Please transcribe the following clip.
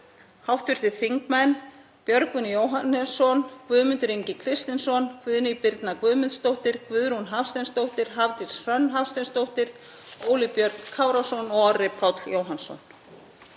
hv. þingmenn Björgvin Jóhannesson, Guðmundur Ingi Kristinsson, Guðný Birna Guðmundsdóttir, Guðrún Hafsteinsdóttir, Hafdís Hrönn Hafsteinsdóttir, Óli Björn Kárason og Orri Páll Jóhannsson.